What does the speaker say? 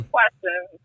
questions